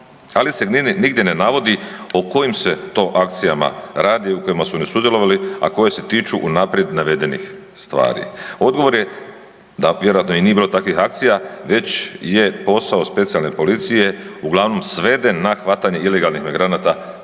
ali se nigdje ne navodi o kojim se to akcijama radi u kojima su oni sudjelovali, a koje se tiču unaprijed navedenih stvari. Odgovor je da vjerojatno i nije bilo takvih akcija već je posao specijalne policije uglavnom sveden na hvatanje ilegalnih migranata